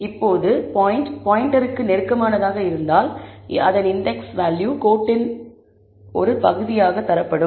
இப்போது பாயிண்ட் பாயின்டருக்கு நெருக்கமானதாக இருந்தால் அதன் இன்டெக்ஸ் வேல்யூ கோட்டின் ஒரு பகுதியாகத் தரப்படும்